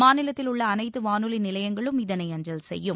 மாநிலத்தில் உள்ள அனைத்து வானொலி நிலையங்களும் இதனை அஞ்சல் செய்யும்